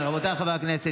חבר הכנסת עופר כסיף,